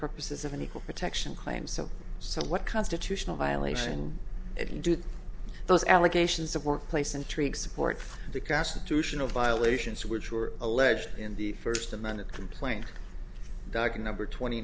purposes of an equal protection claim so so what constitutional violation do those allegations of workplace and treat support for the constitutional violations which were alleged in the first amended complaint dark number twenty